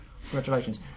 congratulations